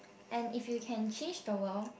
and if you can change the world